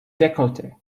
decollete